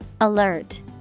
Alert